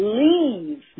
leave